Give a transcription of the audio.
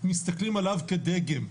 מסתכלים עליו כדגל.